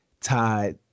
tied